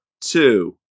two